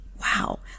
Wow